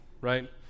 right